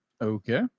Okay